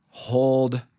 hold